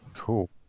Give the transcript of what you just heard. cool